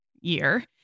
year